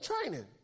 training